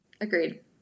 Agreed